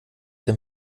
dem